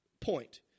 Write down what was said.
Point